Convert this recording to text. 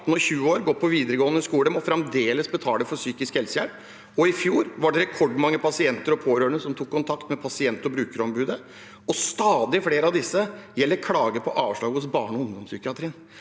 år eller går på videregående skole, må fremdeles betale for psykisk helsehjelp. I fjor var det rekordmange pasienter og pårørende som tok kontakt med Pasient- og brukerombudet, og stadig flere av disse gjelder klage på avslag hos barne- og ungdomspsykiatrien.